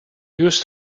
used